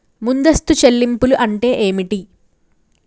ముందస్తు చెల్లింపులు అంటే ఏమిటి?